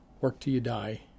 work-till-you-die